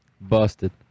busted